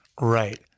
Right